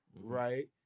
right